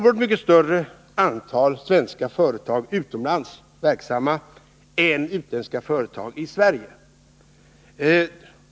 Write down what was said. Antalet svenska företag som är verksamma utomlands är oerhört mycket större än antalet utländska företag i Sverige.